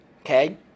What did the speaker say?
Okay